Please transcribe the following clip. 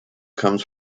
comes